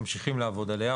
ממשיכים לעבוד עליה,